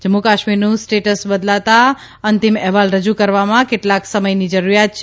જમ્મુ કાશ્મીરનું સ્ટેટસ બદલાતા અંતરિમ અહેવાલ રજૂ કરવામાં કેટલાક સમયની જરૂરીયાત છે